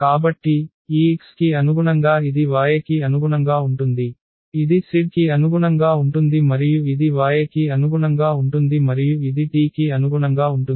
కాబట్టి ఈ x కి అనుగుణంగా ఇది y కి అనుగుణంగా ఉంటుంది ఇది z కి అనుగుణంగా ఉంటుంది మరియు ఇది y కి అనుగుణంగా ఉంటుంది మరియు ఇది t కి అనుగుణంగా ఉంటుంది